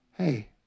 Hey